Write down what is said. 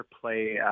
play